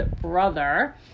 brother